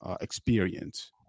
experience